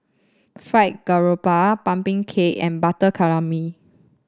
Fried Garoupa pumpkin cake and Butter Calamari